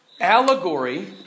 Allegory